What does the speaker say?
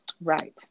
Right